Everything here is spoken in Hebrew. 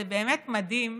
זה באמת מדהים,